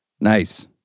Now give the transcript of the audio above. Nice